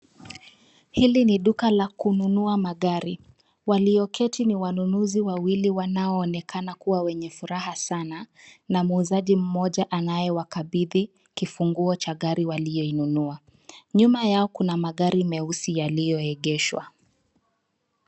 Hili ni duka la kununua magari. Walioketi ni wanunuzi wawili wanaonekana kuwa wenye furaha sana na muuzaji mmoja anayewakabithi kifunguo cha gari waliyoinunua. Nyuma yao kuna magari meusi yaliyoegeshwa.